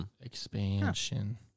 Expansion